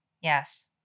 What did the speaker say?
Yes